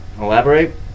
elaborate